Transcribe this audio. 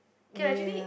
okay lah actually